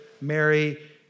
Mary